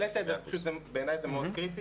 אם העלית את זה, בעיניי זה מאוד קריטי.